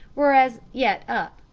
were as yet up.